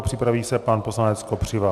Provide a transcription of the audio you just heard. Připraví se poslanec Kopřiva.